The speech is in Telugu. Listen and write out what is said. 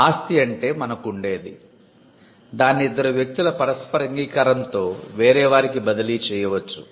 ఆస్తి అంటే మనకుండేది దాన్ని ఇద్దరు వ్యక్తుల పరస్పర అంగీకారంతో వేరే వారికి బదిలీ చేయవచ్చు